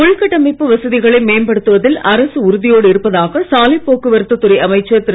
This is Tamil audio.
உள்கட்டமைப்புவசதிகளைமேம்படுத்துவதில்அரசுஉறுதியோடுஇரு ப்பதாக சாலைப்போக்குவரத்துத்துறைஅமைச்சர்திரு